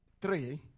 Three